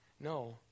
No